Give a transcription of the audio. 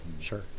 Sure